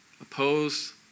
Oppose